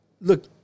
look